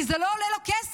כי זה לא עולה לו כסף,